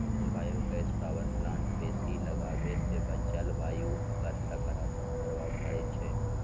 bio gas power plant बेशी लगाबेसे जलवायु पर सकारात्मक प्रभाव पड़इ छै